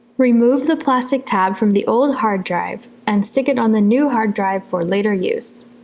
remove the plastic tab from the old hard drive and stick it on the new hard drive for later use